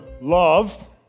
love